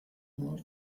more